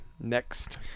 next